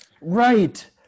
right